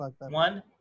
One